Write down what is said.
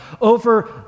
over